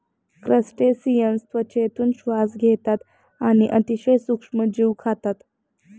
crustaceans त्वचेतून श्वास घेतात आणि अतिशय सूक्ष्म जीव खातात